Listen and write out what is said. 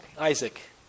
Isaac